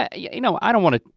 yeah yeah you know, i don't wanna,